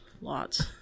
lots